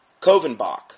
Kovenbach